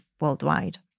worldwide